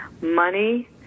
money